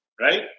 right